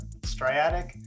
Striatic